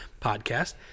podcast